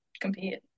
compete